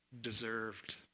deserved